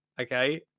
Okay